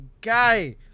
guy